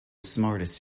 smartest